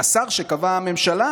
השר שקבעה הממשלה